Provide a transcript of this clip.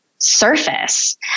Surface